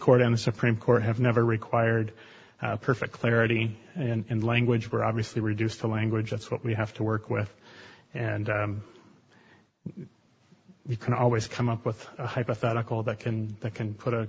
court and the supreme court have never required perfectly already and language we're obviously reduced to language that's what we have to work with and you can always come up with a hypothetical that can that can put a